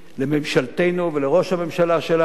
לממשלתנו, ולראש הממשלה שלנו: